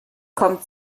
kommt